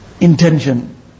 intention